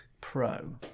Pro